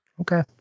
Okay